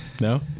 No